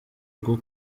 rwo